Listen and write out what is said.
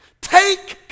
Take